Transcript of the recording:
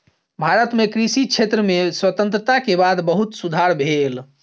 भारत मे कृषि क्षेत्र में स्वतंत्रता के बाद बहुत सुधार भेल